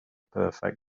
perfect